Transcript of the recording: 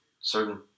Certain